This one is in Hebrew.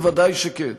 ודאי שכן,